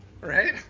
right